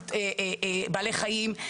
באמצעות בעלי חיים,